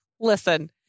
Listen